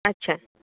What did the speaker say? अच्छा